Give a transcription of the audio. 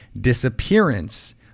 disappearance